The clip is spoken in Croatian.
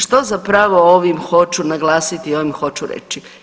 Što zapravo ovim hoću naglasiti i ovim hoću reći?